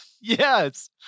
Yes